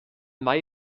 may